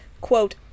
Quote